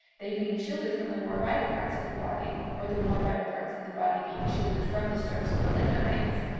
they being shielded from the more vital parts of the body, or the more vital parts of the body being shielded from the strokes of the lamanites,